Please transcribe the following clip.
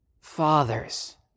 fathers